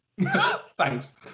thanks